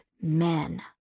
men